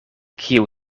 kiu